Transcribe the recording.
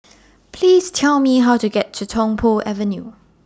Please Tell Me How to get to Tung Po Avenue